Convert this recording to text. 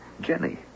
Jenny